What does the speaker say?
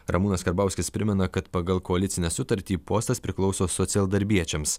ramūnas karbauskis primena kad pagal koalicinę sutartį postas priklauso socialdarbiečiams